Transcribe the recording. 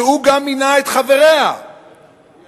והוא גם מינה את חבריה, עכשיו,